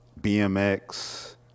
bmx